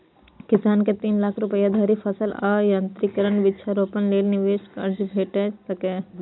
किसान कें तीन लाख रुपया धरि फसल आ यंत्रीकरण, वृक्षारोपण लेल निवेश कर्ज भेट सकैए